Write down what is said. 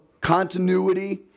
Continuity